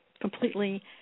completely